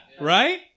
right